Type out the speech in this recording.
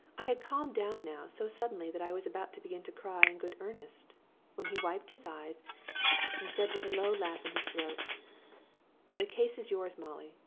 i had calmed down now so suddenly that i was about to begin to cry in good earnest when he wiped his eyes and said with a low laugh in his throat the case is yours, molly,